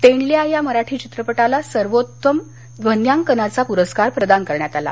तेंडल्या या मराठी चित्रपटाला सर्वोत्तम ध्वन्यांकनाचा पुरस्कार प्रदान करण्यात आला